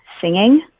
singing